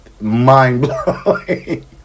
mind-blowing